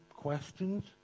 Questions